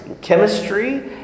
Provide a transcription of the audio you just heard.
chemistry